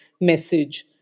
message